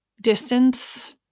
distance